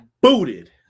booted